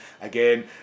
again